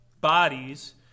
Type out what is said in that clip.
bodies